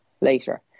later